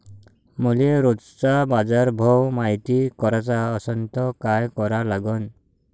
मले रोजचा बाजारभव मायती कराचा असन त काय करा लागन?